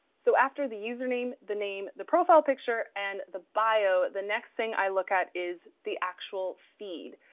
so after the username, the name, the profile picture, and the bio. the next thing i look at is the actual feed.